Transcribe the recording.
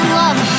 love